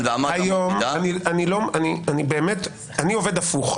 אני עובד הפוך.